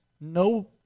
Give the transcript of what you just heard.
No